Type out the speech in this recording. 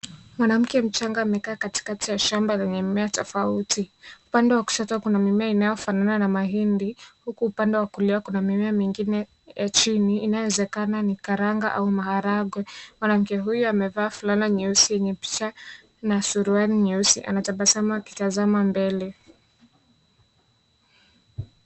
Mwanamke mchanga amekaa katikati ya shamba yenye mimea tofauti. Upande wa kushoto kuna mimea inayofanana na mahindi huku upande wa kulia kuna mimea mingine ya chini inayowezekana ni karanga au maharage. Mwanamke huyu amevaa fulana nyeusi yenye picha na suruali nyeusi. Anatabasamu akitazama mbele.